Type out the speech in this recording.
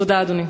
תודה, אדוני.